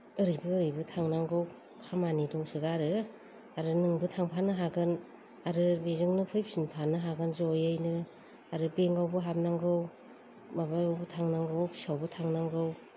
ओरैबो ओरैबो थांनांगौ खामानि दंसोगारो आरो नोंबो थांफानो हागोन आरो बेजोंनो फैफिनफानो हागोन जयैनो आरो बेंकावबो हाबनांगौ माबायावबो थांनांगौ अफिसावबो थांनांगौ